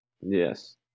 Yes